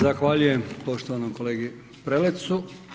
Zahvaljujem poštovanom kolegi Prelecu.